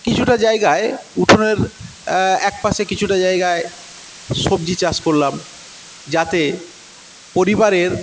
কিছুটা জায়গায় উঠোনের একপাশে কিছুটা জায়গায় সবজি চাষ করলাম যাতে পরিবারের